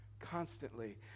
constantly